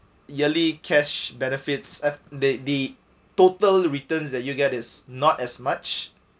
yearly cash benefits at they the total returns that you get is not as much